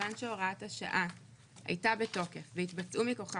כיוון שהוראת השעה היתה בתוקף והתבצעו מכוחה